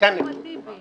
גם הפעם היה.